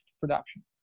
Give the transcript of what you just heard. production